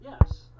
Yes